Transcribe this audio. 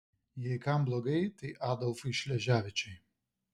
jei kam blogai tai adolfui šleževičiui